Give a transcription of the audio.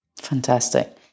Fantastic